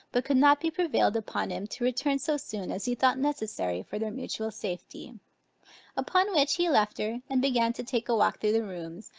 but could not be prevailed upon by him to return so soon as he thought necessary for their mutual safety upon which he left her, and began to take a walk through the rooms,